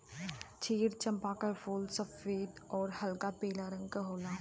क्षीर चंपा क फूल सफेद आउर हल्का पीला रंग क होला